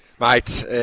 Mate